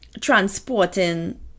transporting